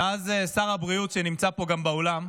ואז שר הבריאות, שגם נמצא פה באולם,